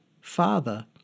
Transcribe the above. Father